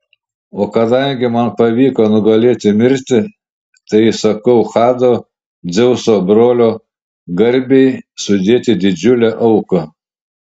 o kadangi man pavyko nugalėti mirtį tai įsakau hado dzeuso brolio garbei sudėti didžiulę auką